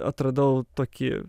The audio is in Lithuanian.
atradau tokį